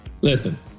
Listen